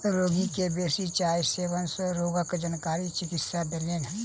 रोगी के बेसी चाय सेवन सँ रोगक जानकारी चिकित्सक देलैन